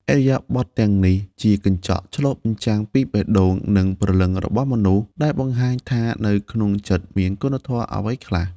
ឥរិយាបថទាំងនេះជាកញ្ចក់ឆ្លុះបញ្ចាំងពីបេះដូង និងព្រលឹងរបស់មនុស្ស ដែលបង្ហាញថានៅក្នុងចិត្តមានគុណធម៌អ្វីខ្លះ។